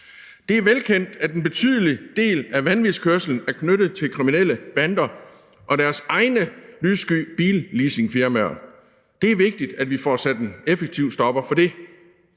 Det er velkendt, at en betydelig del af vanvidskørslen er knyttet til kriminelle bander og deres egne lyssky billeasingfirmaer. Det er vigtigt, at vi får sat en effektiv stopper for det.